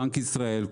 בנק ישראל,